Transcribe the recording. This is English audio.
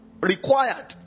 required